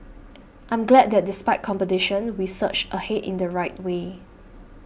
I'm glad that despite competition we surged ahead in the right way